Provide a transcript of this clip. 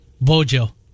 Bojo